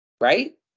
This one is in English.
right